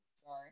Sorry